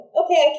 okay